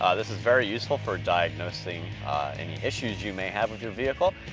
ah this is very useful for diagnosing any issues you may have with your vehicle.